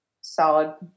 solid